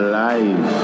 life